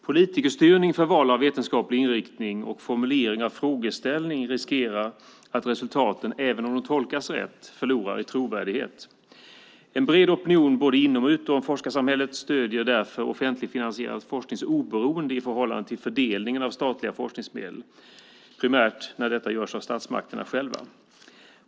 Politikerstyrning för val av vetenskaplig inriktning och formulering av frågeställning riskerar att resultaten, även om de tolkas rätt, förlorar i trovärdighet. En bred opinion både inom och utom forskarsamhället stöder därför offentligfinansierad forsknings oberoende i förhållande till fördelningen av statliga forskningsmedel, primärt när detta görs av statsmakterna själva.